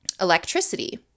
electricity